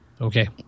Okay